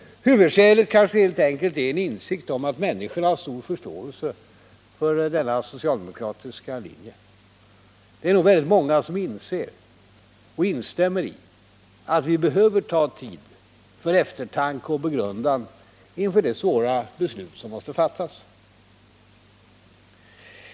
Huvudskälet kanske helt enkelt är en insikt om att människorna har stor förståelse för den socialdemokratiska linjen. Det är nog väldigt många som inser och instämmer i att vi behöver tid för eftertanke och begrundan införa det svåra beslut som måste fattas.